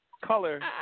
color